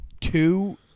two –